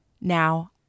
Now